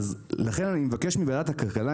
לכן אני מבקש מוועדת הכלכלה,